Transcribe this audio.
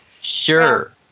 Sure